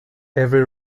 every